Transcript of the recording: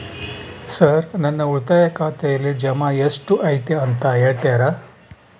Sir ನನ್ನ ಉಳಿತಾಯ ಖಾತೆಯಲ್ಲಿ ಜಮಾ ಎಷ್ಟು ಐತಿ ಅಂತ ಹೇಳ್ತೇರಾ?